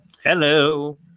Hello